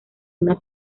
una